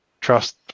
trust